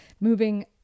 moving